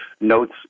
notes